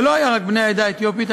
לא היו רק בני העדה האתיופית,